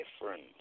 different